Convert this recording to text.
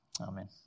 Amen